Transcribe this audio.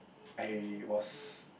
I was